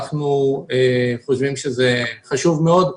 אנחנו חושבים שזה חשוב מאוד,